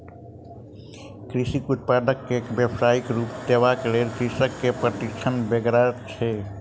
कृषि उत्पाद के व्यवसायिक रूप देबाक लेल कृषक के प्रशिक्षणक बेगरता छै